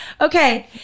Okay